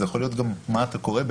זה יכול להיות גם מה אתה קורא.